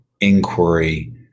inquiry